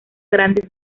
grandes